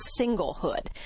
singlehood